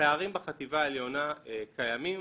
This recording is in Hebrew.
הפערים בחטיבה העליונה קיימים.